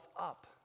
up